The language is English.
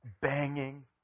banging